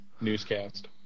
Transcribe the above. newscast